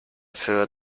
für